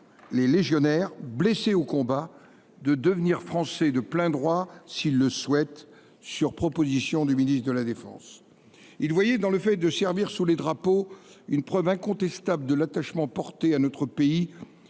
aux légionnaires, de devenir français de plein droit, s’il le souhaite, sur proposition du ministre de la défense. Il voyait dans le service sous nos drapeaux une preuve incontestable de l’attachement porté à notre pays